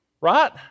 Right